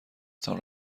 تان